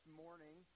morning